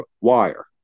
wire